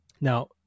Now